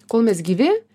kol mes gyvi